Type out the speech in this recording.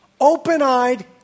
open-eyed